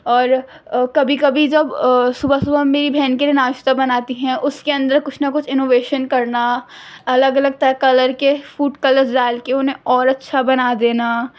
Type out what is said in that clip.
اور کبھی کبھی جب صبح صبح میری بہن کے لیے ناشتہ بناتی ہیں اس کے اندر کچھ نہ کچھ اینویشن کرنا الگ الگ کلر کے فوڈ کلرز ڈال کے انہیں اور اچھا بنا دینا